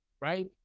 right